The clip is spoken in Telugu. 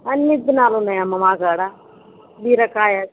అన్ని విత్తనాలు ఉన్నాయమ్మ మాకాడ బీరకాయ